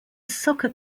soccer